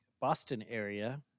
Boston-area